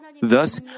Thus